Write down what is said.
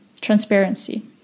transparency